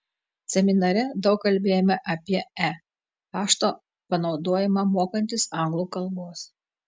seminare daug kalbėjome apie e pašto panaudojimą mokantis anglų kalbos